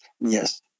Yes